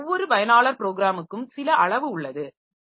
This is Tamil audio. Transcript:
ஆனால் ஒவ்வொரு பயனாளர் ப்ரோக்கிராமுக்கும் சில அளவு உள்ளது